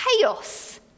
chaos